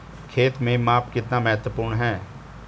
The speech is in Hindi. खेत में माप कितना महत्वपूर्ण है?